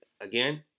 again